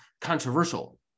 controversial